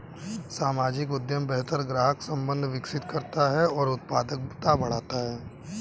सामाजिक उद्यम बेहतर ग्राहक संबंध विकसित करता है और उत्पादकता बढ़ाता है